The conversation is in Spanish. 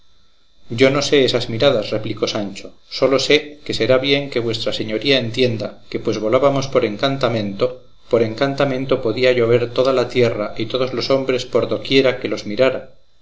yo no sé esas miradas replicó sancho sólo sé que será bien que vuestra señoría entienda que pues volábamos por encantamento por encantamento podía yo ver toda la tierra y todos los hombres por doquiera que los mirara